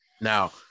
Now